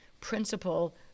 principle